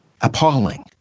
Appalling